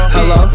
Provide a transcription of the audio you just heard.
Hello